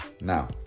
now